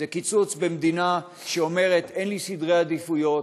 זה קיצוץ במדינה שאומרת: אין לי סדר עדיפויות,